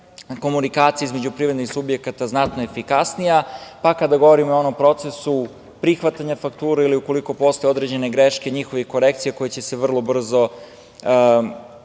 komunikacija između privrednih subjekata znatno efikasnije, pa kada govorimo i o onom procesu prihvatanja fakture ili, ukoliko postoje određene greške, njihovih korekcija koje će se vrlo brzo